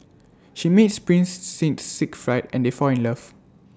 she meets prince thing Siegfried and they fall in love